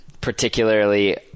particularly